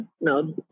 no